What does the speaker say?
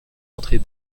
entrée